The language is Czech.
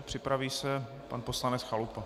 Připraví se pan poslanec Chalupa.